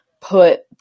put